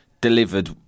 Delivered